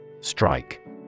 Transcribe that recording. Strike